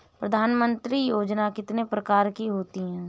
प्रधानमंत्री योजना कितने प्रकार की होती है?